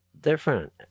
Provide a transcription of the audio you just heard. different